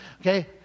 Okay